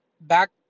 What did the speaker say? back